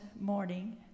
morning